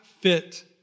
fit